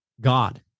god